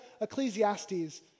Ecclesiastes